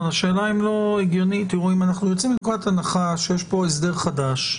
אבל אנחנו יוצאים מנקודת הנחה שיש פה הסדר חדש,